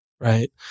right